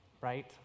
right